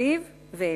תל-אביב ואילת.